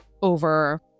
Over